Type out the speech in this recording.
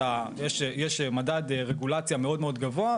שיש מדד רגולציה מאוד מאוד גבוה,